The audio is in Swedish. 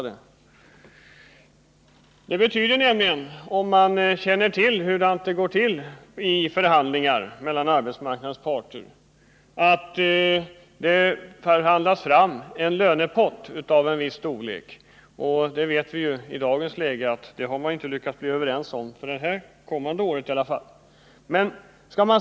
Den som känner till hur det går till vid förhandlingar mellan arbetsmarknadens parter vet att det först förhandlas fram en lönepott av en viss storlek — i dagens läge vet vi att parterna inte harlyckats bli överens om en sådan pott för detta år.